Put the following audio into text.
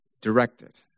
directed